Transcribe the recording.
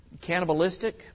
cannibalistic